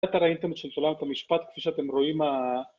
אתה ראיתם את שלטונות המשפט כפי שאתם רואים